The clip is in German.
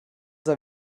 sei